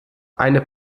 eine